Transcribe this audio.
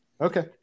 Okay